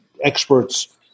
experts